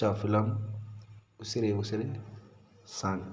Huccha film Usire Usire song